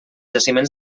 jaciments